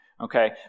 Okay